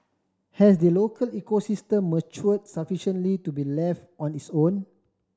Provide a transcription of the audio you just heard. has the local ecosystem matured sufficiently to be left on its own